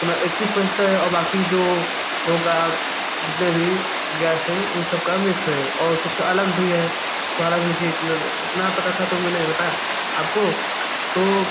तो मैं इक्कीस पैंइट है और बाक़ी जो होगा जितने भी गैस हैं उन सब का मिक्स है और कुछ अलग भी है तो अलग मुझे इतना पता था मैं नहीं बता आपको तो